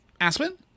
aspen